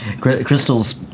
Crystal's